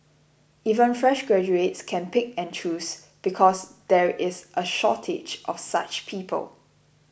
even fresh graduates can pick and choose because there is a shortage of such people